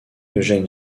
eugène